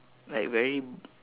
like very